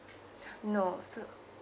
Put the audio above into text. no sir